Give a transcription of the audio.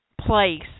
place